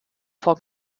for